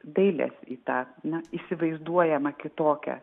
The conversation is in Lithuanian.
dailės į tą na įsivaizduojamą kitokią